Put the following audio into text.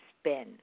spin